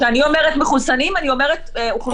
כשאני אומרת מחוסנים אני אומרת אוכלוסייה מוגנת.